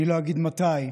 אני לא אגיד מתי,